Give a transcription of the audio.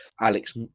Alex